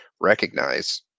recognize